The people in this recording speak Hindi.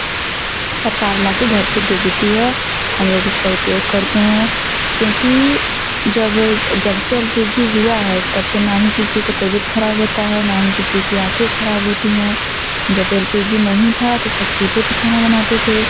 सरकार ला कर घर पर दे देती है हम लोग उसका उपयोग करते हैं क्योंकि जब जब से एल पी जी हुआ है तब से ना ही किसी की तबीयत खराब होता है ना ही किसी की आँखें खराब होती है जब एल पी जी नहीं था तो सब चूल्हे पर खाना बनाते थे